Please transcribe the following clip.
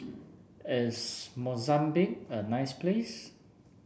is Mozambique a nice place